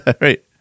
right